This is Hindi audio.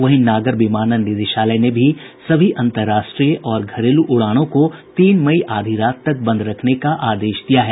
वहीं नागर विमानन निदेशालय ने भी सभी अन्तर्राष्ट्रीय और घरेलू उड़ानों को तीन मई आधी रात तक बंद रखने का आदेश दिया है